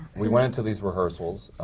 we went into these rehearsals.